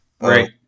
Right